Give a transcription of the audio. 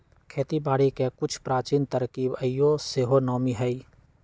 खेती बारिके के कुछ प्राचीन तरकिब आइयो सेहो नामी हइ